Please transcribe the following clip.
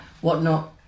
whatnot